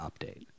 update